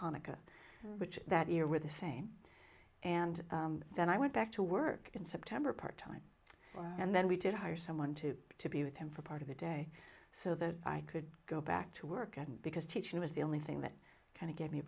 hanukkah which that era the same and then i went back to work in september part time and then we did hire someone to to be with him for part of the day so that i could go back to work and because teaching was the only thing that kind of gave me a